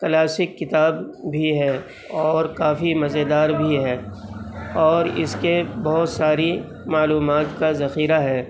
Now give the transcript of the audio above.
classic کتاب بھی ہے اور کافی مزیدار بھی ہے اور اس کے بہت ساری معلومات کا ذخیرہ ہے